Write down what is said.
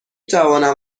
توانم